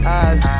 eyes